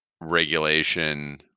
regulation